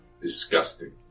Disgusting